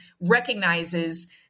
recognizes